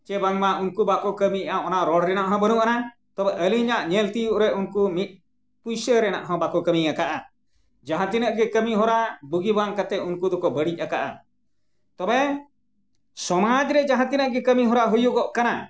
ᱥᱮ ᱵᱟᱝᱢᱟ ᱩᱱᱠᱩ ᱵᱟᱠᱚ ᱠᱟᱹᱢᱤᱭᱮᱜᱼᱟ ᱚᱱᱟ ᱨᱚᱲ ᱨᱮᱱᱟᱜ ᱦᱚᱸ ᱵᱟᱹᱱᱩᱜ ᱟᱱᱟ ᱛᱚᱵᱮ ᱟᱹᱞᱤᱧᱟᱜ ᱧᱮᱞ ᱛᱤᱭᱳᱜ ᱩᱱᱠᱩ ᱢᱤᱫ ᱯᱚᱭᱥᱟ ᱨᱮᱱᱟᱜ ᱦᱚᱸ ᱵᱟᱠᱚ ᱠᱟᱹᱢᱤᱭᱟᱠᱟᱜᱼᱟ ᱡᱟᱦᱟᱸ ᱛᱤᱱᱟᱹᱜ ᱜᱮ ᱠᱟᱹᱢᱤ ᱦᱚᱨᱟ ᱵᱩᱜᱤ ᱵᱟᱝ ᱠᱟᱛᱮᱫ ᱩᱱᱠᱩ ᱫᱚᱠᱚ ᱵᱟᱹᱲᱤᱡ ᱟᱠᱟᱜᱼᱟ ᱛᱚᱵᱮ ᱥᱚᱢᱟᱡᱽ ᱨᱮ ᱡᱟᱦᱟᱸ ᱛᱤᱱᱟᱹᱜ ᱜᱮ ᱠᱟᱹᱢᱤ ᱦᱚᱨᱟ ᱦᱩᱭᱩᱜᱚᱜ ᱠᱟᱱᱟ